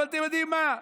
אבל אתם יודעים מה,